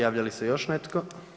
Javlja li se još netko?